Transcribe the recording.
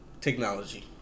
Technology